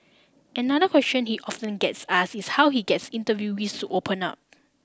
another question he often gets asked is how he gets interviewees to open up